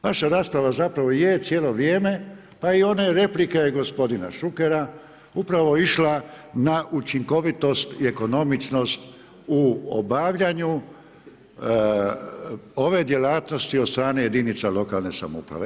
Vaša rasprava zapravo je, cijelo vrijeme, pa i ona replika je gospodina Šukera upravo išla na učinkovitost i ekonomičnost u obavljanju ove djelatnosti od strane jedinica lokalne samouprave.